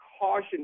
caution